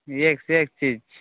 एक से एक चीज छै